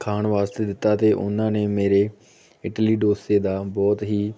ਖਾਣ ਵਾਸਤੇ ਦਿੱਤਾ ਅਤੇ ਉਹਨਾਂ ਨੇ ਮੇਰੇ ਇਡਲੀ ਡੋਸੇ ਦਾ ਬਹੁਤ ਹੀ